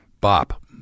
bop